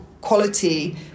quality